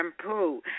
shampoo